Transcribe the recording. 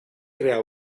crear